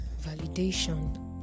validation